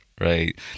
right